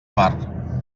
mar